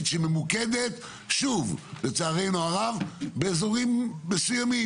שהיא ממוקדת לצערנו הרב באזורים מסוימים.